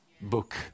book